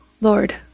Lord